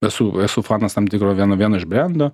esu esu fanas tam tikro vieno vieno iš brendo